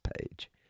page